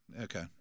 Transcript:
Okay